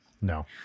No